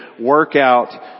workout